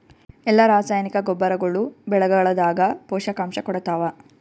ಎಲ್ಲಾ ರಾಸಾಯನಿಕ ಗೊಬ್ಬರಗೊಳ್ಳು ಬೆಳೆಗಳದಾಗ ಪೋಷಕಾಂಶ ಕೊಡತಾವ?